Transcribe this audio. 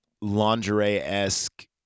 lingerie-esque